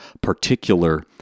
particular